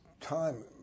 time